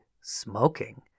smoking